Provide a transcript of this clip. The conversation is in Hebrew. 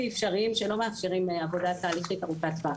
אפשריים שלא מאפשרים עבודה תהליכית ארוכת טווח.